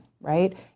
right